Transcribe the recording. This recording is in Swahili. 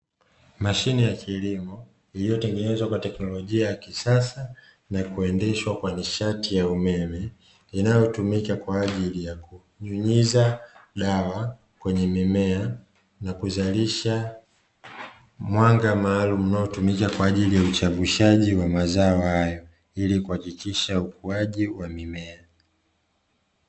Mashine ya kilimo iliyotengenezwa kwa teknolojia ya kisasa na kuendeshwa kwa nishati ya umeme, inayotumika kwa ajili ya kunyunyiza dawa kwenye mimea na kuzalisha mwanga maalumu unaotumika kwa ajili ya uchavushavu wa mazao hayo, ili kuhakikisha ukuaji wa mimea.